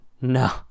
No